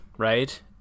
right